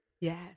Yes